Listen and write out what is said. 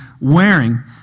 wearing